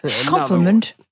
Compliment